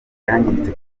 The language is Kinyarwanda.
yangiritse